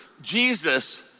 Jesus